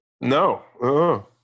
No